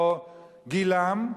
או גילם,